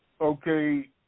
Okay